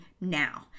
now